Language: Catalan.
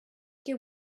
que